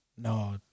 No